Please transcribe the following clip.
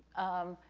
um,